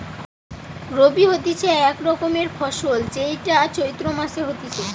রবি হতিছে এক রকমের ফসল যেইটা চৈত্র মাসে হতিছে